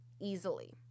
easily